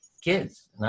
kids